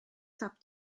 tap